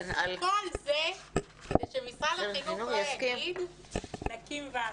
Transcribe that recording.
כל זה כדי שמשרד החינוך לא יגיד, נקים ועדה.